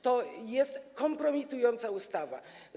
To jest kompromitująca ustawa.